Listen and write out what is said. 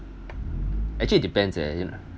actually depends leh